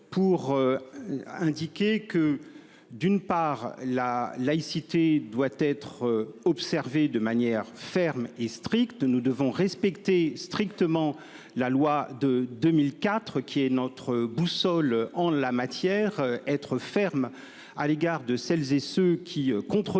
pour. Indiquer que d'une part la laïcité doit être observé de manière ferme et strict, nous devons respecter strictement la loi de 2004 qui est notre boussole en la matière. Être ferme à l'égard de celles et ceux qui contreviennent